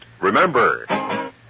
remember